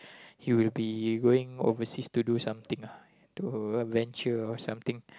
he will be going overseas to do something ah to adventure or something